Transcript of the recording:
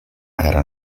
era